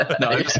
No